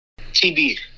TB